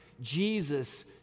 Jesus